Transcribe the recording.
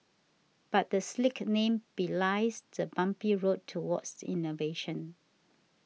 but the slick name belies the bumpy road towards innovation